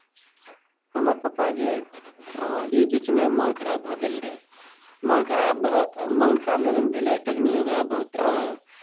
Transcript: हमर पप्पाके ई बीचमे मोन खराब भऽ गेल रहै मोन खराब भऽ मोन खराब जखन भेलै तखनि ओकरा बहुत